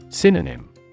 Synonym